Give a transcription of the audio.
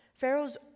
Pharaoh's